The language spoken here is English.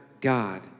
God